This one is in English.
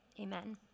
amen